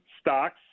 stocks